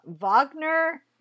Wagner